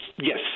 Yes